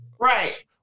Right